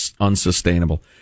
unsustainable